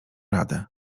radę